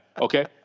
okay